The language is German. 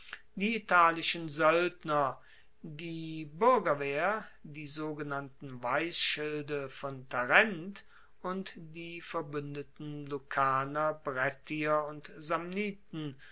die italischen soeldner die buergerwehr die sogenannten weissschilde von tarent und die verbuendeten lucaner brettier und